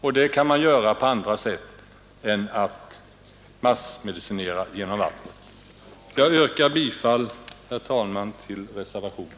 Och det kan man göra på annat sätt än genom att massmedicinera genom vattnet. Herr talman! Jag yrkar bifall till reservationen.